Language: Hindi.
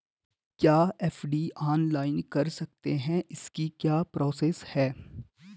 क्या एफ.डी ऑनलाइन कर सकते हैं इसकी क्या प्रोसेस है?